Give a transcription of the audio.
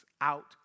out